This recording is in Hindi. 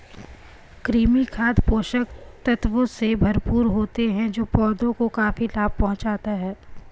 कृमि खाद पोषक तत्वों से भरपूर होता है जो पौधों को काफी लाभ पहुँचाता है